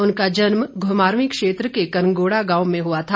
उनका जन्म घुमारवीं क्षेत्र के करंगोड़ा गांव में हुआ था